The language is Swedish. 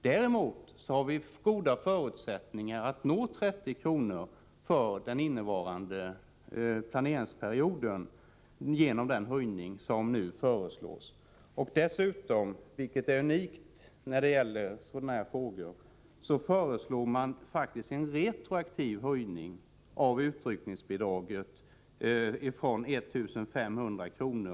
Däremot har vi goda förutsättningar att nå upp till dessa 30 kr. för den innevarande planeringsperioden genom den höjning som nu föreslås. Dessutom, vilket är unikt när det gäller sådana frågor, föreslår man faktiskt en retroaktiv höjning av utryckningsbidraget från 1 500 kr.